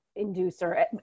inducer